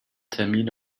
termin